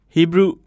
Hebrew